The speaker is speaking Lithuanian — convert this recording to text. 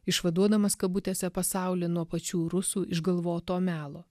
išvaduodamas kabutėse pasaulį nuo pačių rusų išgalvoto melo